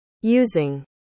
Using